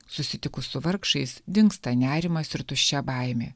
susitikus su vargšais dingsta nerimas ir tuščia baimė